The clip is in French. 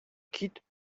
quittent